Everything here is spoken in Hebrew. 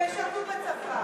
בן-ארי, גם ברבנות שישרתו בצבא.